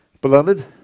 Beloved